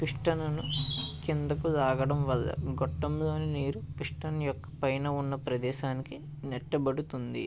పిస్టన్ను కిందకు లాగడం వల్ల గొట్టంలోని నీరు పిష్టను యొక్క పైన ఉన్న ప్రదేశానికి నెట్టబడుతుంది